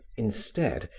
instead,